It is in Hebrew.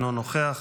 אינו נוכח,